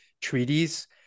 treaties